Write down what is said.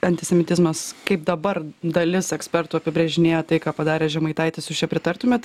antisemitizmas kaip dabar dalis ekspertų apibrėžinėja tai ką padarė žemaitaitis su šia pritartumėt